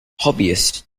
hobbyists